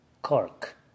Cork